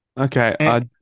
Okay